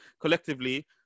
collectively